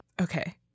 Okay